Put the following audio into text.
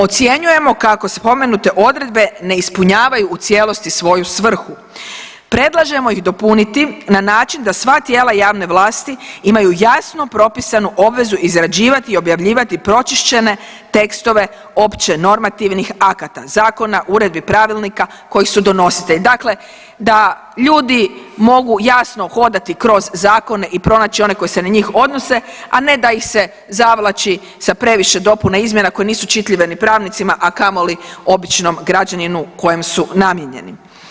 Ocjenjujemo kako spomenute odredbe ne ispunjavaju u cijelosti svoju svrhu, predlažemo ih dopuniti na način da sva tijela javne vlasti imaju jasno propisanu obvezu izrađivati i objavljivati pročišćene tekstove opće normativnih akata, zakona, uredbi, pravilnika koji su donositelji, dakle da ljudi mogu jasno hodati kroz zakone i pronaći onaj koji se na njih odnose, a ne da ih se zavlači sa previše dopuna i izmjena koje nisu čitljive ni pravnicima, a kamoli običnom građaninu kojem su namijenjeni.